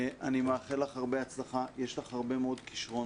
אני מאחל לך הרבה הצלחה, יש לך הרבה מאוד כשרונות,